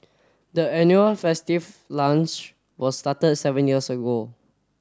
the annual festive lunch was started seven years ago